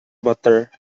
butter